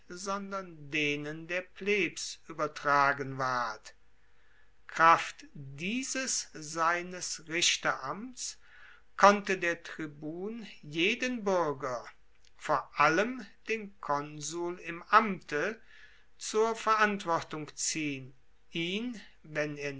sondern denen der plebs uebertragen ward kraft dieses seines richteramts konnte der tribun jeden buerger vor allem den konsul im amte zur verantwortung ziehen ihn wenn er